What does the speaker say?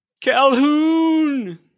calhoun